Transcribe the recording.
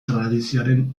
tradizioaren